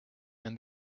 and